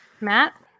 Matt